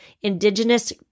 Indigenous